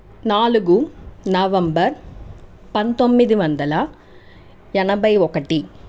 నాలుగు నవంబర్ పంతొమ్మిది వందల ఎనభై ఒకటి